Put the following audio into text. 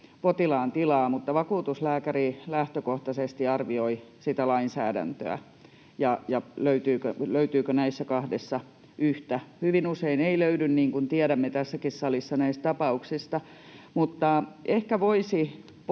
potilaan tilaa, mutta vakuutuslääkäri lähtökohtaisesti arvioi sitä lainsäädäntöä ja sitä, löytyykö näissä kahdessa yhtä. Hyvin usein ei löydy, niin kuin tiedämme tässäkin salissa näistä tapauksista. Mutta ehkä voisi